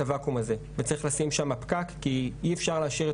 הוואקום הזה וצריך לשים שם פקק כי אי אפשר להשאיר את